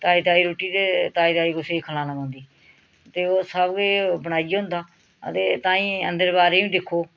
ताज़ी ताज़ी रुट्टी ते ताज़ी ताज़ी कुसै गी खलाना पौंदी ते ओह् सब किश बनाइयै औंदा ते ताईं अंदर बाह्रें बी दिक्खो